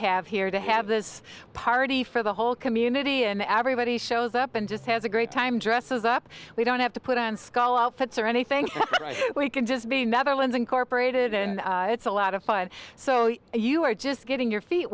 have here to have this party for the whole community and the average body shows up and just has a great time dresses up we don't have to put on skull outfits or anything we can just be netherlands incorporated and it's a lot of fun so you are just getting your feet